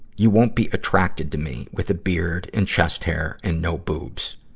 you won't be attracted to me with a beard and chest hair and no boobs.